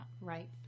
Right